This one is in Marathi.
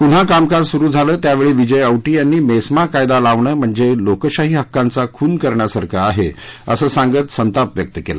पुन्हा कामकाज सुरू झाले त्यावेळी विजय औटी यांनी मेस्मा कायदा लावणे म्हणजे लोकशाही हक्कांचा खून करण्यासारखे आहे असे सांगत संताप व्यक्त केला